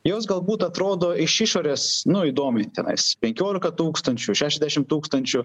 jos galbūt atrodo iš išorės nu įdomiai tenais penkiolika tūkstančių šešiasdešim tūkstančių